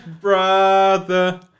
brother